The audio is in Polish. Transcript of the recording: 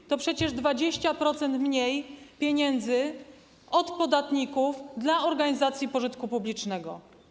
To jest przecież 20% mniej pieniędzy od podatników dla organizacji pożytku publicznego.